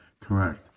correct